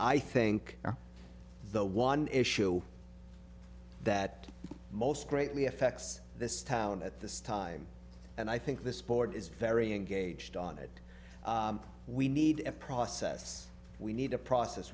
i think the one issue that most greatly affects this town at this time and i think this board is very engaged on it we need a process we need a process